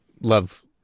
love